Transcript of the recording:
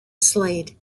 slade